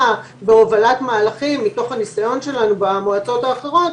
והובלת מהלכים מתוך הניסיון שלנו במועצות האחרות,